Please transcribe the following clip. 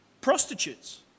prostitutes